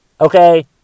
Okay